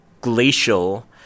glacial